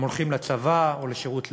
הם הולכים לצבא או לשירות לאומי,